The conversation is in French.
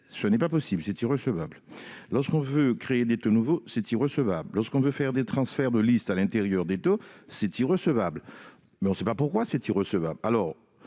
invoquée sur tous les sujets. Lorsque l'on souhaite créer des taux nouveaux, c'est irrecevable ! Lorsque l'on veut faire des transferts de listes à l'intérieur des taux, c'est irrecevable ! Mais on ne sait pas pourquoi c'est irrecevable.